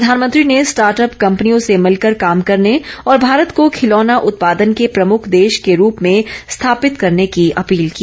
प्रधानमंत्री ने स्टार्टअप कंपनियों से भिलकर काम करने और भारत को खिलौना उत्पादन के प्रमुख देश के रूप में स्थापित करने की अपील की